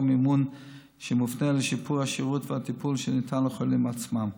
מימון שמופנה לשיפור השירות והטיפול שניתן לחולים עצמם.